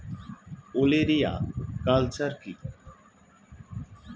ওলেরিয়া কালচার কি?